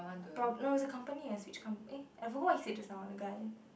prob~ no is a company a switch comp~ eh I forgot what he said just now the guy